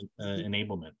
enablement